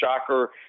Shocker